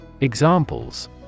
Examples